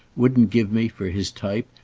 wouldn't give me, for his type,